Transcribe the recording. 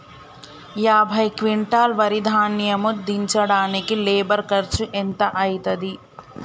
యాభై క్వింటాల్ వరి ధాన్యము దించడానికి లేబర్ ఖర్చు ఎంత అయితది?